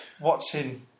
watching